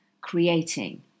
creating